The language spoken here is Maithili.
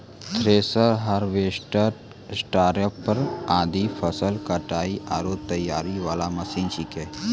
थ्रेसर, हार्वेस्टर, स्टारीपर आदि फसल कटाई आरो तैयारी वाला मशीन छेकै